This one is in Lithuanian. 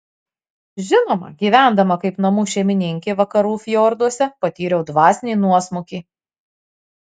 žinoma gyvendama kaip namų šeimininkė vakarų fjorduose patyriau dvasinį nuosmukį